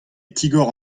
tigor